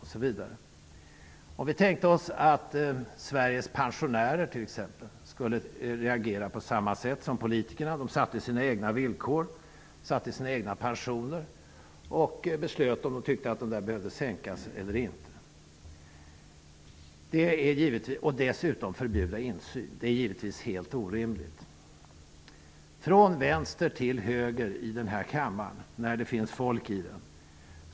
Låt oss tänka oss att Sveriges pensionärer skulle agera på samma sätt som politikerna, dvs. sätta sina egna villkor och besluta om sänkningar eller ej av pensionerna -- och dessutom förbjuda insyn. Det är givetvis orimligt. Man vill inte diskutera de här frågorna i kammaren.